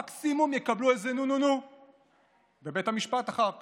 מקסימום יקבלו איזה נו-נו-נו מבית המשפט אחר כך.